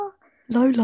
Lola